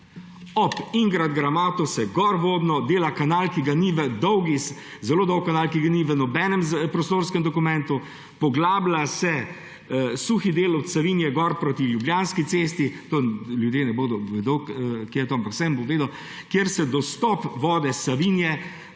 Ob Ingrad Gramatu se gorvodno dela zelo dolg kanal, ki ga ni v nobenem prostorskem dokumentu. Poglablja se suhi del od Savinje gor proti Ljubljanski cesti – ljudje vedo, kje je